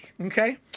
okay